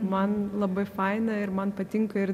man labai faina ir man patinka ir